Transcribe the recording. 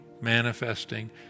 manifesting